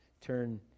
Turn